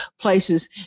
places